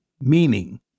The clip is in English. Meaning